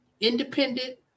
independent